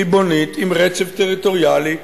ריבונית, עם רצף טריטוריאלי,